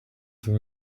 them